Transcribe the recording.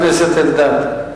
חבר הכנסת אלדד,